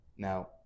Now